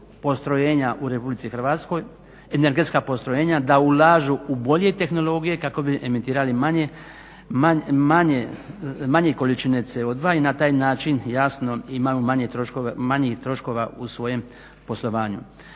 postrojenja u Republici Hrvatskoj, energetska postrojenja da ulažu u bolje tehnologije kako bi emitirale manje količine CO2 i na taj način jasno imamo manjih troškova u svojem poslovanju.